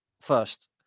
first